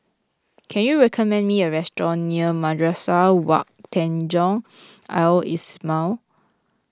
can you recommend me a restaurant near Madrasah Wak Tanjong Al Islamiah